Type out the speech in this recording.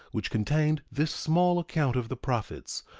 which contained this small account of the prophets,